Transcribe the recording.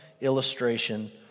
illustration